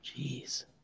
Jeez